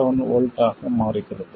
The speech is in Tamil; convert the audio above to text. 7 V ஆக மாறுகிறது